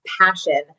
passion